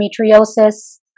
endometriosis